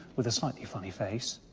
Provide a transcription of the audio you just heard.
with a slightly funny face,